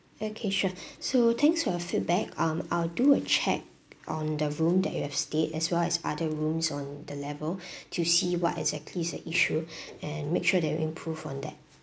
okay sure so thanks for your feedback um I'll do a check on the room that you have stayed as well as other rooms on the level to see what exactly is the issue and make sure they'll improve on that